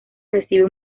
recibe